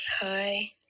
Hi